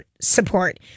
support